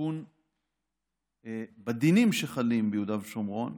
תיקון בדינים שחלים ביהודה ושומרון,